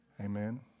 Amen